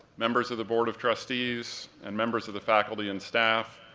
members of the board of trustees, and members of the faculty and staff,